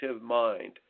mind